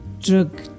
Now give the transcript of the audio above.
drug